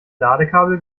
ladekabel